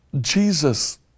Jesus